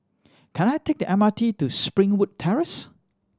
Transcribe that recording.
can I take the M R T to Springwood Terrace